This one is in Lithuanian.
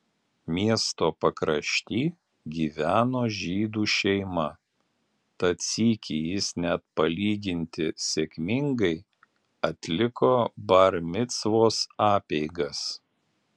miesto pakrašty gyveno žydų šeima tad sykį jis net palyginti sėkmingai atliko bar micvos apeigas